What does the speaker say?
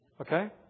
Okay